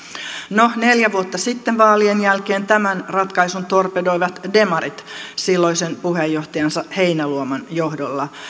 no neljä vuotta sitten vaalien jälkeen tämän ratkaisun torpedoivat demarit silloisen puheenjohtajansa heinäluoman johdolla